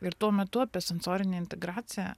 ir tuo metu apie sensorinę integraciją